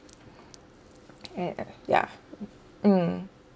at ya mm